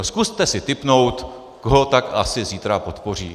Zkuste si tipnout, koho tak asi zítra podpoří.